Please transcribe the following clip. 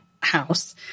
house